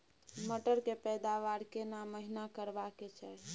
मटर के पैदावार केना महिना करबा के चाही?